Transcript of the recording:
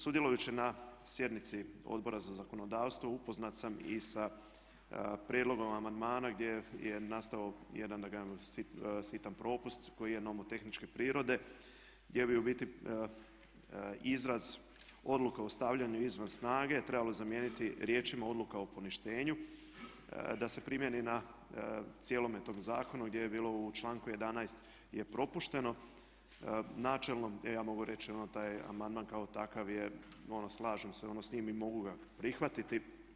Sudjelujući na sjednici Odbora za zakonodavstvo upoznat sam i sa prijedlogom amandmana gdje je nastao jedan da kažem sitan propust koji je nomotehničke prirode gdje bi u biti izraz "odluka o stavljanju izvan snage" trebalo je zamijeniti riječima "odluka o poništenju" da se primijeni na cijelom tom zakonu gdje je bilo u članku 11.je propušteno načelnog te je amandman kao takav, slažem se s njim i mogu ga prihvatiti.